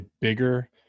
bigger